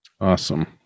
Awesome